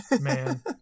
man